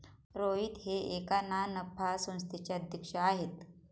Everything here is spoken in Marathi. रोहित हे एका ना नफा संस्थेचे अध्यक्ष आहेत